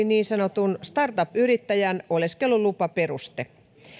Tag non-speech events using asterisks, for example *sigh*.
*unintelligible* niin sanotun startup yrittäjän oleskelulupaperuste